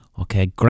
Okay